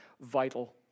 vital